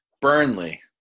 Burnley